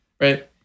Right